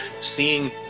seeing